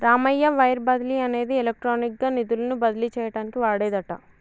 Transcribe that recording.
Ramayya wire బదిలీ అనేది electronic గా నిధులను బదిలీ చేయటానికి వాడేదట